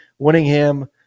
Winningham